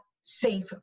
safe